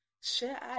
share